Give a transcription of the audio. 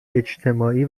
اجتماعی